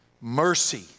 Mercy